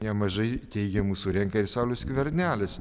nemažai teigiamų surenka ir saulius skvernelis